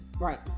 Right